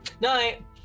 Night